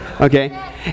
Okay